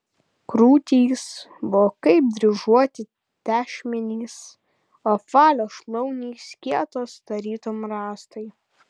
krūtys buvo kaip dryžuoti tešmenys o apvalios šlaunys kietos tarytum rąstai